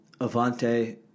Avante